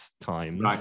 times